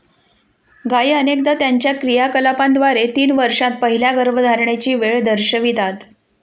गायी अनेकदा त्यांच्या क्रियाकलापांद्वारे तीन वर्षांत पहिल्या गर्भधारणेची वेळ दर्शवितात